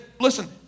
Listen